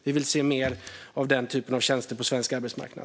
Vi vill se mer av den typen av tjänster på svensk arbetsmarknad.